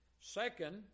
Second